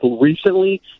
recently